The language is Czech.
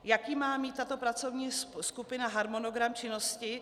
Jaký má mít tato pracovní skupina harmonogram činnosti?